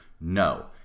no